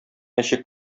мәче